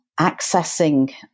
accessing